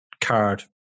card